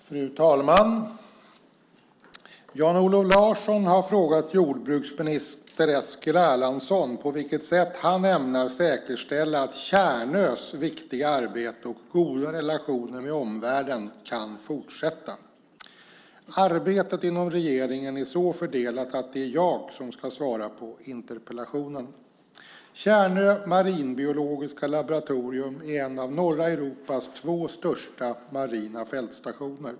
Fru talman! Jan-Olof Larsson har frågat jordbruksminister Eskil Erlandsson på vilket sätt han ämnar säkerställa att Tjärnös viktiga arbete och goda relationer med omvärlden kan fortsätta. Arbetet inom regeringen är så fördelat att det är jag som ska svara på interpellationen. Tjärnö marinbiologiska laboratorium är en av norra Europas två största marina fältstationer.